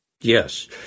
Yes